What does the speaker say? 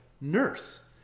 nurse